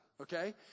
okay